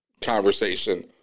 conversation